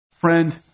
Friend